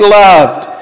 loved